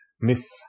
Miss